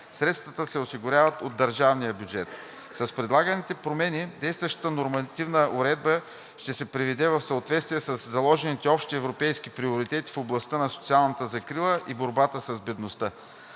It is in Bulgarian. Средствата се осигуряват от държавния бюджет. С предлаганите промени действащата нормативна уредба ще се приведе в съответствие със заложените общи европейски приоритети в областта на социалната закрила и борбата с бедността.